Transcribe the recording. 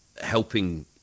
helping